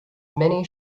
many